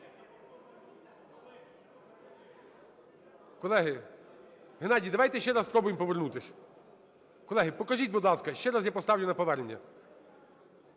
Колеги! Геннадій, давайте ще раз спробуємо повернутися. Колеги, покажіть, будь ласка. Ще раз я поставлю на повернення.